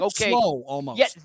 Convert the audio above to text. Okay